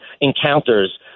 encounters